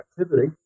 activity